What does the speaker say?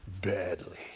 badly